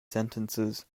sentences